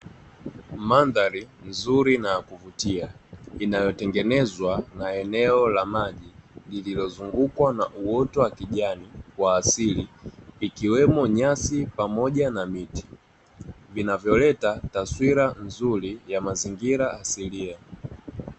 Mandhari nzuri na yakuvutia, inayotengenezwa na eneo la maji lililozungukwa na uoto wa kijani wa asili, vikiwemo nyasi pamoja na miti, vinavyoleta taswira nzuri ya mazingira asilia.